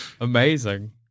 Amazing